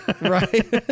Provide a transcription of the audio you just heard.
right